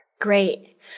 Great